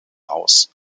aus